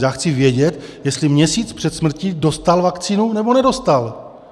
Já chci vědět, jestli měsíc před smrtí dostal vakcínu, nebo nedostal.